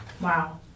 Wow